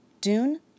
Dune